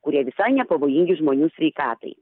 kurie visai nepavojingi žmonių sveikatai